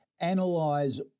analyze